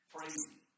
Crazy